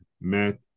met